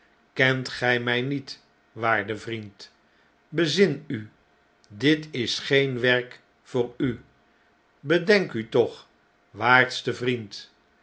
kent gij my niet waarde vriend bezin u dit is geen werk voor u bedenk u toch waardste vriend